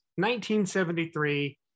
1973